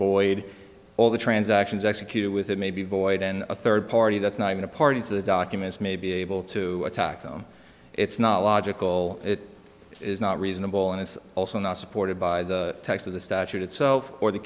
voided all the transactions executed with it may be void and a third party that's not even a party to the documents may be able to attack them it's not logical it is not reasonable and it's also not supported by the text of the statute itself or the